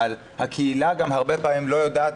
אבל הקהילה גם פעמים רבות לא יודעת.